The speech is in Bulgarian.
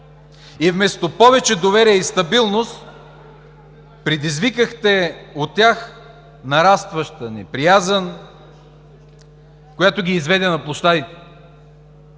и вместо повече доверие и стабилност, предизвикахте у тях нарастваща неприязън, която ги изведе на площадите.